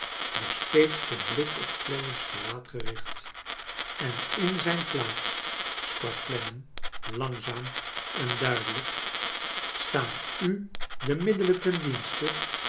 nog steeds den blik op clennam's gelaat gericht en in zijn plaats sprak clennam langzaam en duidelijk staan u de middelen ten dienste